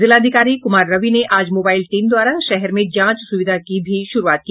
जिलाधिकारी कुमार रवि ने आज मोबाईल टीम द्वारा शहर में जांच सुविधा की भी शुरूआत की